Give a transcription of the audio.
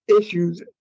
issues